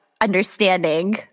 understanding